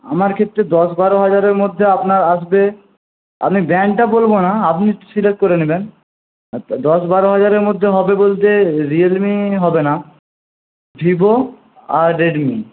আমার ক্ষেত্রে দশ বারো হাজারের মধ্যে আপনার আসবে আমি ব্র্যান্ডটা বলব না আপনি সিলেক্ট করে নেবেন আচ্ছা দশ বারো হাজারের মধ্যে হবে বলতে রিয়েলমি হবে না ভিভো আর রেডমি